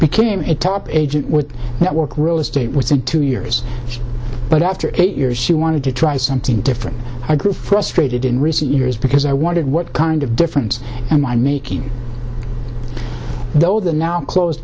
became a top agent would that work real estate was in two years but after eight years she wanted to try something different i grew frustrated in recent years because i wanted what kind of difference am i making though the now closed